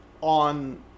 on